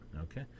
Okay